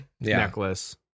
necklace